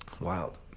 Wild